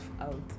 out